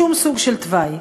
בשום סוג של תוואי.